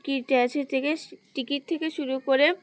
ticket থেকে শুরু করে